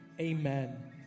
amen